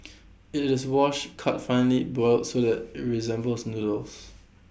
IT this washed cut finely boiled so that IT resembles noodles